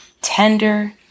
tender